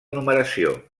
numeració